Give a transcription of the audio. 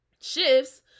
shifts